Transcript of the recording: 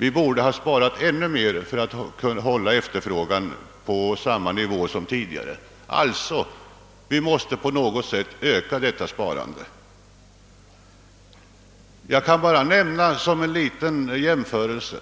Vi borde ha sparat ännu mer för att kunna tillgodose efterfrågan i samma grad som tidigare. Alltså måste vi på något sätt öka vårt sparande. Som en jämförelse